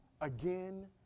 Again